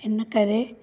इन करे